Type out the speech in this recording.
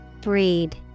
Breed